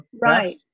right